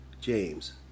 James